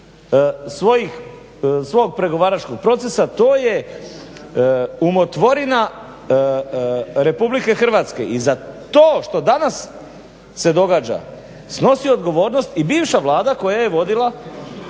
svog pregovaračkog procesa. To je umotvorina RH. i za to što se danas događa snosi odgovornost i bivša vlada koja je vodila